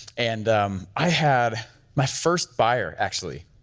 and i had my first buyer actually,